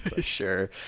Sure